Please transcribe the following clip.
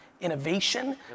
innovation